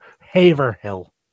Haverhill